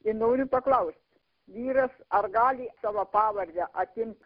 ir noriu paklaust vyras ar gali savo pavardę atimt